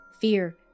fear